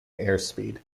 airspeed